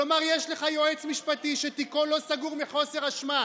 כלומר יש לך יועץ משפטי שתיקו לא סגור מחוסר אשמה.